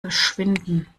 verschwinden